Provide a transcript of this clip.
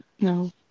No